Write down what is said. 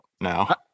now